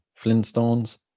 Flintstones